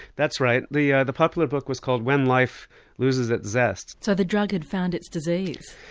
that's right, the yeah the popular book was called when life loses its zest. so the drug had found its disease?